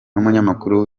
n’umunyamakuru